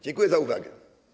Dziękuję za uwagę.